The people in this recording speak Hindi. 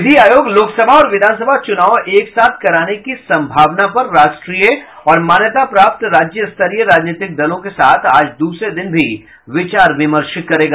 विधि आयोग लोकसभा और विधानसभा चूनाव एक साथ कराने की संभावना पर राष्ट्रीय और मान्यता प्राप्त राज्यस्तरीय राजनीतिक दलों के साथ आज दूसरे दिन भी विचार विमर्श करेगा